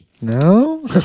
No